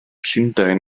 llundain